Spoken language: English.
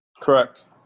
correct